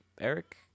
Eric